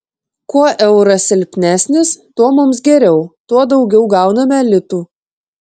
kuo euras silpnesnis tuo mums geriau tuo daugiau gauname litų